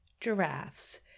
giraffes